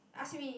ask me